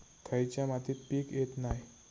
खयच्या मातीत पीक येत नाय?